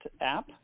app